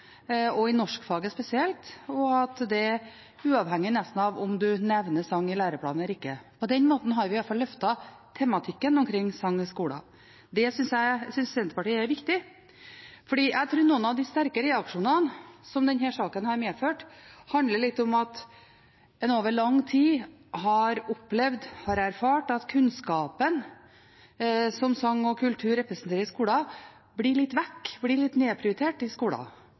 og i norskfaget spesielt – og det nesten uavhengig av om man nevner sang i læreplanen eller ikke. På den måten har vi i hvert fall løftet tematikken omkring sang i skolen. Det synes Senterpartiet er viktig. For jeg tror noen av de sterke reaksjonene som denne saken har medført, handler litt om at en over lang tid har opplevd, har erfart, at kunnskapen som sang og kultur representerer i skolen, blir litt borte, blir litt nedprioritert i skolen.